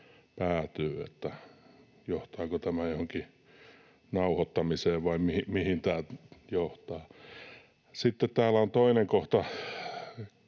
että johtaako tämä johonkin nauhoittamiseen vai mihin tämä johtaa. Sitten täällä on toinen kohta,